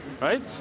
Right